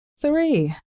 Three